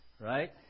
right